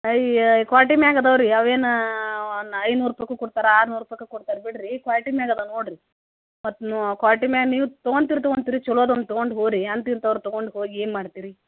ಅಯ್ಯೋ ಕ್ವಾಲ್ಟಿ ಮ್ಯಾಗೆ ಅದಾವೆ ರೀ ಅವೇನು ಐನೂರು ರೂಪೈಕು ಕೊಡ್ತಾರೆ ಆರ್ನೂರು ರೂಪೈಕು ಕೊಡ್ತಾರೆ ಬಿಡಿರಿ ಕ್ವಾಲ್ಟಿ ಮ್ಯಾಗೆ ಅದಾವೆ ನೋಡಿರಿ ಮತ್ತು ಕ್ವಾಲ್ಟಿ ಮ್ಯಾ ನೀವು ತಗೊಂತಿರಿ ತಗೊಂತಿರಿ ಚಲೋದೊಂದು ತಗೊಂಡು ಹೋಗ್ರಿ ಅಂಥ ಇಂಥವ್ರು ತಗೊಂಡು ಹೋಗಿ ಏನು ಮಾಡ್ತೀರಿ